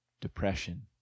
depression